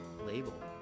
label